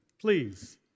please